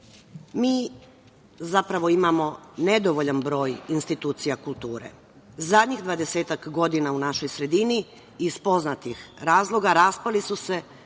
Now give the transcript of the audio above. Mi zapravo imamo nedovoljan broj institucija kulture. Zadnjih 20-ak godina u našoj sredini, iz poznatih razloga, raspali su se